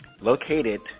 located